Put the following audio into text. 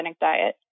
diet